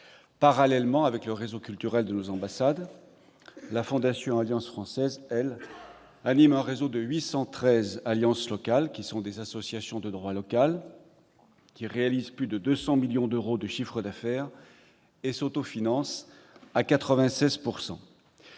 parallèlement avec le réseau culturel de nos ambassades. La Fondation Alliance française anime quant à elle un réseau de 813 alliances locales, associations de droit local, qui réalisent plus de 200 millions d'euros de chiffre d'affaires et s'autofinancent à 96 %.